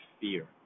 fear